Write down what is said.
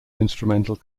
instrumental